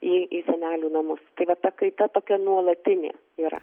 į į senelių namus tai va ta pakaita tokia nuolatinė yra